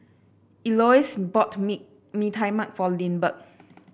Elouise bought mee Mee Tai Mak for Lindbergh